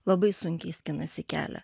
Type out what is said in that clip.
labai sunkiai skinasi kelią